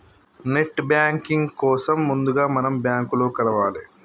net banking కోసం ముందుగా మనం బ్యాంకులో కలవాలే